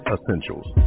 Essentials